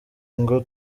ngo